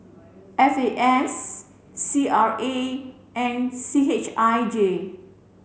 F A S C R A and C H I J